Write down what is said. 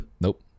nope